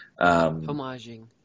homaging